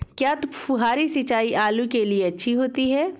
क्या फुहारी सिंचाई आलू के लिए अच्छी होती है?